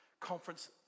conference